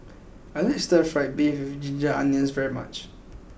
I like Stir Fry Beef with Ginger Onions very much